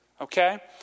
Okay